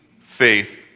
faith